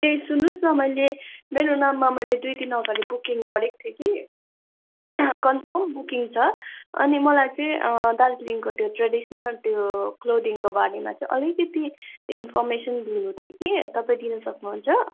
ए सुन्नुहोस् न मैले मेरो नाममा मैले दुई दिन अघाडि बुकिङ गरेको थिएँ कि कन्फर्म बुकिङ छ अनि मलाई चाहिँ दार्जिलिङको त्यो ट्रेडिसनल त्यो क्लोदिङको बारेमा चाहिँ अलिकति इन्मेफरमेसन लिनु थियो कि तपाईँ दिनु सक्नुहुन्छ